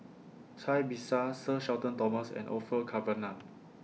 Cai Bixia Sir Shenton Thomas and Orfeur Cavenagh